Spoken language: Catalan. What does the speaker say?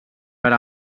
per